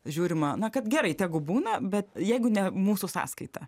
žiūrima na kad gerai tegu būna bet jeigu ne mūsų sąskaita